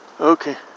Okay